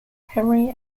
henry